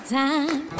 time